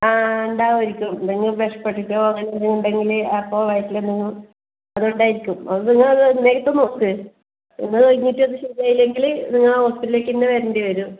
ആ ആ ഉണ്ടാവുമായിരിക്കും എന്തെങ്കിലും അങ്ങനെ എന്തെങ്കിലും ഉണ്ടെങ്കില് അപ്പോൾ വയറ്റില് എന്തെങ്കിലും അതുകൊണ്ടായിരിക്കും അത് നിങ്ങളത് നേരിട്ട് നോക്ക് എന്നാൽ എന്നിട്ട് ഒന്നും ശരി ആയില്ലെങ്കില് നിങ്ങള് ആ ഹോസ്പിറ്റലിലേക്കുതന്നെ വരേണ്ടി വരും